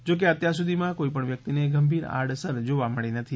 જો કે અત્યારસુધીમાં કોઇપણ વ્યક્તિને ગંભીર આડઅસર જોવા મળેલ નથી